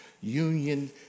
Union